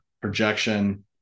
projection